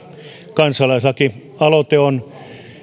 kansalaisaloite on